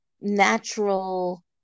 natural